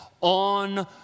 on